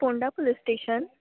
Ponda police station